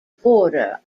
border